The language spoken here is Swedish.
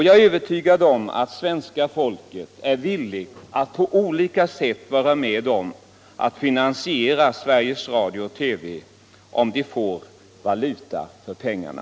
Jag är övertygad om att svenska folket är villigt att på olika sätt vara med om att finansiera Sveriges Radio/TV, om man får valuta för pengarna.